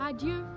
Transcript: Adieu